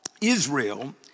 Israel